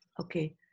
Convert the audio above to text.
Okay